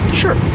sure